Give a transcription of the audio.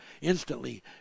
instantly